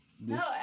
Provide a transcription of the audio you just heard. No